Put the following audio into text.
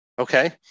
Okay